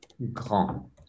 Grand